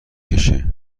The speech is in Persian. کشه